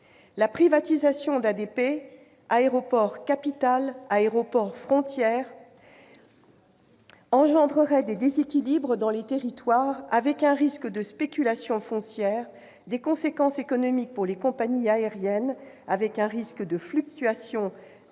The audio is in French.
avec lui, d'un aéroport-capitale, aéroport-frontière, engendrerait des déséquilibres dans les territoires, un risque de spéculation foncière et des conséquences économiques pour les compagnies aériennes, avec un risque de fluctuation